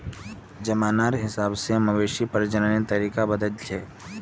जमानार हिसाब से मवेशी प्रजननेर तरीका बदलछेक